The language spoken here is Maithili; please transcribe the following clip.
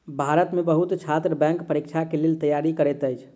भारत में बहुत छात्र बैंक परीक्षा के लेल तैयारी करैत अछि